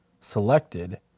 selected